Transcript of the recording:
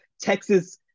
Texas